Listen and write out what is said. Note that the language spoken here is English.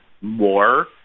more